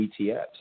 ETFs